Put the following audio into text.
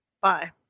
Bye